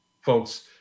folks